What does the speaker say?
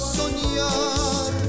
soñar